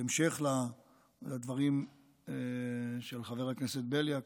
בהמשך לדברים של חבר הכנסת בליאק,